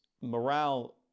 morale